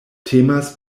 temas